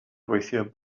gweithio